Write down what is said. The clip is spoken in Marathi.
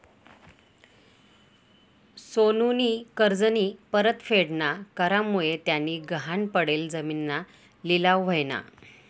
सोनूनी कर्जनी परतफेड ना करामुये त्यानी गहाण पडेल जिमीनना लिलाव व्हयना